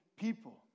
people